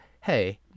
hey